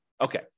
Okay